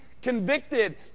Convicted